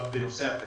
שנת 2020 הייתה שנה